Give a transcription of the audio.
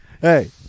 Hey